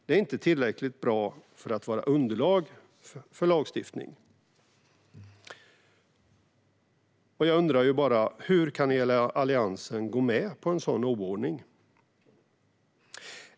Det är inte tillräckligt bra för att vara underlag för lagstiftning. Hur kan Alliansen gå med på en sådan oordning?